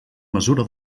mesura